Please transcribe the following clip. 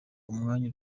umwanya